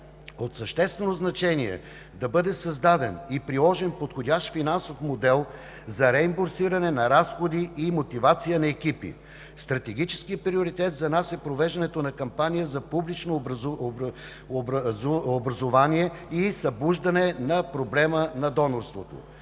От съществено значение е да бъде създаден и приложен подходящ финансов модел за реимбурсиране на разходи и мотивация на екипи. Стратегически приоритет за нас е провеждането на кампания за публично образование и събуждане на проблема на донорството.